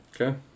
Okay